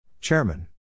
Chairman